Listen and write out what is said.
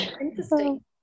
interesting